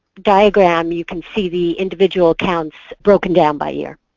diagram you can see the individual accounts broken down by year.